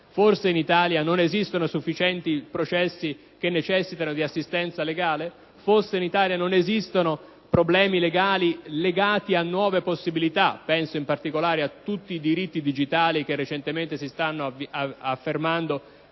Forse in Italia non esistono sufficienti processi che necessitano di assistenza legale? Forse in Italia non esistono problemi legali legati a nuove possibilità? Penso, in particolare, a tutti i diritti digitali che recentemente si stanno affermando: